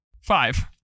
Five